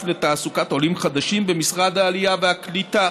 לתעסוקת עולים חדשים במשרד העלייה והקליטה,